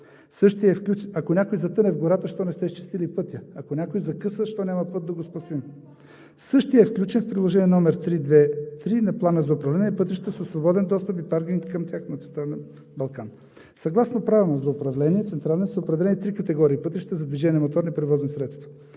Ако някой затъне в гората: защо не сте изчистили пътя? Ако някой закъса: защо няма път да го спасим? Същият е включен в Приложение № 3.2.3 на Плана за управление на пътища със свободен достъп и паркинг към тях на „Централен Балкан“. Съгласно Плана за управление на „Централен Балкан“ са определени три категории пътища за движение на моторни превозни средства: